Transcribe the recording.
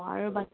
অঁ আৰু বাকী